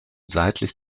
seitlich